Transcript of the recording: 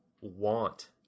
want